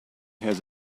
has